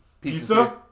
Pizza